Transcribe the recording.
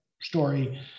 story